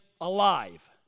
alive